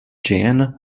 jan